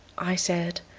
i said,